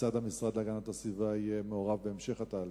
כיצד יהיה המשרד להגנת הסביבה מעורב בהמשך התהליך?